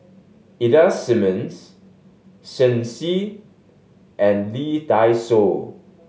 Ida Simmons Shen Xi and Lee Dai Soh